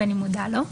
ואני מודה לו.